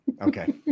Okay